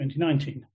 2019